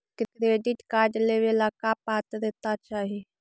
Credit card लेवेला का पात्रता चाही?